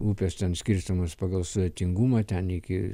upės ten skirstomos pagal sudėtingumą ten iki